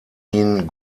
ihn